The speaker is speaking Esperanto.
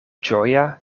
ĝoja